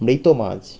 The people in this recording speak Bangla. মৃত মাছ